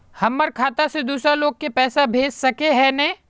हमर खाता से दूसरा लोग के पैसा भेज सके है ने?